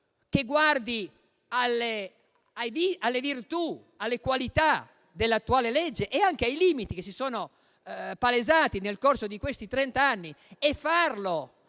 che guardi alle virtù, alle qualità dell'attuale legge e anche ai limiti che si sono palesati nel corso di questi trent'anni e farlo